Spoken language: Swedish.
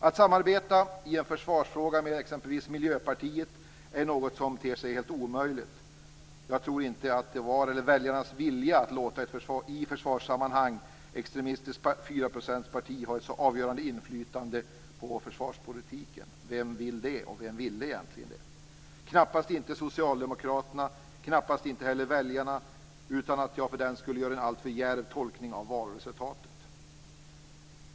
Att i en försvarsfråga samarbeta med exempelvis Miljöpartiet är ju något som ter sig helt omöjligt. Jag tror inte att det var väljarnas vilja att låta ett i försvarssammanhang extremistiskt 4-procentsparti ha ett så avgörande inflytande på försvarspolitiken. Vem vill det? Vem ville egentligen det? Knappast socialdemokraterna. Knappast heller väljarna - utan att jag för den skull gör en alltför djärv tolkning av valresultatet.